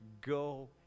go